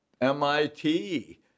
MIT